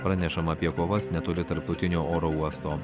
pranešama apie kovas netoli tarptautinio oro uosto